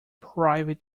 private